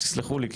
תסלחו לי,